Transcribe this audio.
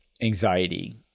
anxiety